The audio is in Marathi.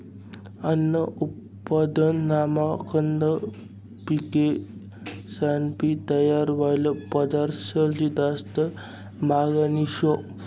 अन्न उत्पादनमा कंद पिकेसपायीन तयार व्हयेल पदार्थंसले जास्ती मागनी शे